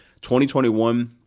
2021